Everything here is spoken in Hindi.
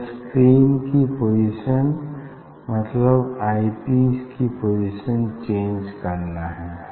केवल स्क्रीन की पोजीशन मतलब आई पीस की पोजीशन को चेंज करना है